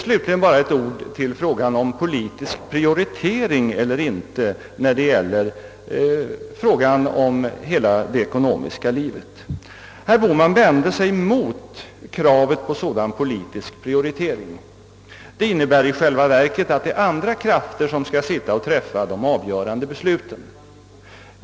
Slutligen bara ett ord beträffande frågan om politisk prioritering eller ej när det gäller hela det ekonomiska livet. Herr Bohman vände sig mot kravet på en sådan. Det innebär i själva verket att det är andra krafter som skall sitta och träffa de avgörande besluten.